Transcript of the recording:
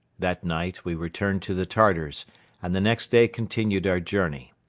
that night we returned to the tartars and the next day continued our journey.